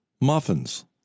muffins